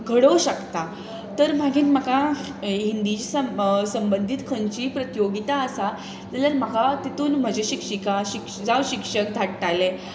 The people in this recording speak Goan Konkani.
घडोवं शकता तर मागीर म्हाका हिंदीच्या सं संबंदीत खंयचीय प्रतियोगिता आसा जाल्यार म्हाका तातूंत म्हजी शिक्षिका शिक्ष जावं शिक्षक धाडटाले